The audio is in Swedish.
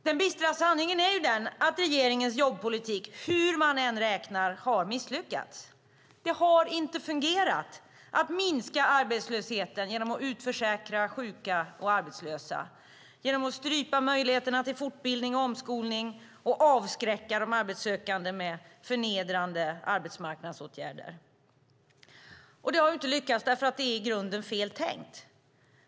Den bistra sanningen är att regeringens jobbpolitik, hur man än räknar, har misslyckats. Det har inte fungerat att minska arbetslösheten genom att utförsäkra sjuka och arbetslösa, genom att strypa möjligheterna till fortbildning och omskolning och genom att avskräcka de arbetssökande med förnedrande arbetsmarknadsåtgärder. Det har inte lyckats, för det är i grunden fel tänkt.